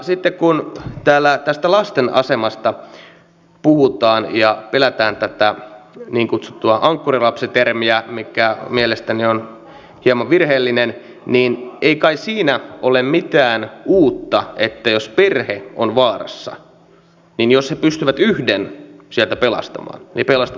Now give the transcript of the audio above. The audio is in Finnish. sitten kun täällä tästä lasten asemasta puhutaan ja pelätään tätä niin kutsuttua ankkurilapsi termiä mikä mielestäni on hieman virheellinen niin ei kai siinä ole mitään uutta että jos perhe on vaarassa niin jos he pystyvät yhden sieltä pelastamaan niin pelastavat oman lapsensa